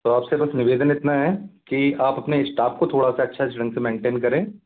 तो आपसे बस निवेदन इतना है कि आप अपने इस्टाप को थोड़ा सा अच्छे ढंग से मैन्टैन करें